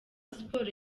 sports